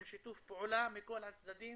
עם שיתוף פעולה מכל הצדדים